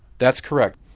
that's correct.